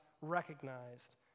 recognized